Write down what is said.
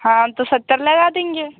हाँ तो सत्तर लगा देंगे